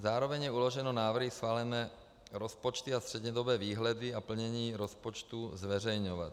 Zároveň je uloženo návrhy schválené rozpočty a střednědobé výhledy a plnění rozpočtů zveřejňovat.